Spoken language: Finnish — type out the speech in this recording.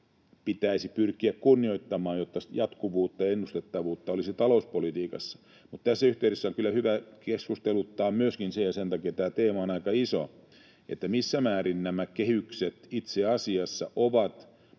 pitäisi pyrkiä kunnioittamaan, jotta jatkuvuutta ja ennustettavuutta olisi talouspolitiikassa. Mutta tässä yhteydessä on kyllä hyvä keskusteluttaa myöskin se — ja sen takia tämä teema on aika iso — missä määrin nämä kehykset itse asiassa ovat